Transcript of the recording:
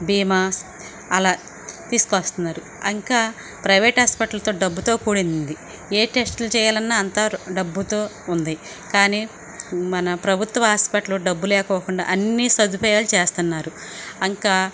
బీమాస్ అలా తీసుకొస్తున్నారు ఇంకా ప్రైవేట్ హాస్పిటల్తో డబ్బుతో కూడింది ఏ టెస్ట్లు చేయాలన్నా అంత డబ్బుతో ఉంది కానీ మన ప్రభుత్వ హాస్పిటల్ల్లో డబ్బు లేకుండా అన్నీ సదుపాయాలు చేస్తున్నారు ఇంకా